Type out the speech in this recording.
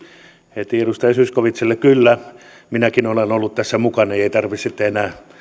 heti edustaja zyskowiczille kyllä minäkin olen ollut tässä mukana niin että ei tarvitse sitten enää